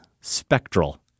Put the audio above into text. Spectral